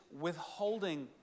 withholding